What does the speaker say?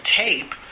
tape